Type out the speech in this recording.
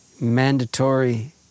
mandatory